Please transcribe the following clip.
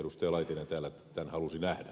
laitinen täällä tämän halusi nähdä